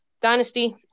Dynasty